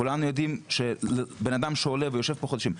כולנו יודעים שבנאדם עולה ויושב פה חודשים,